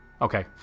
Okay